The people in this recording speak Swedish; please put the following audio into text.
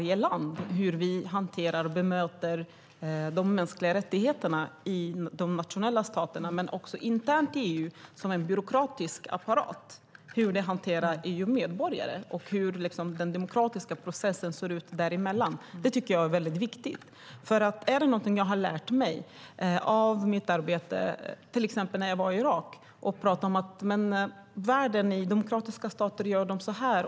Det handlar om hur vi hanterar och bemöter de mänskliga rättigheterna i de nationella staterna men också internt i EU, som en byråkratisk apparat. Hur hanterar man EU-medborgare, och hur ser den demokratiska processen ut däremellan? Det tycker jag är viktigt. Det är nämligen någonting som jag har lärt mig av mitt arbete, till exempel när jag var i Irak och pratade om att man i demokratiska stater gör så här.